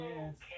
Yes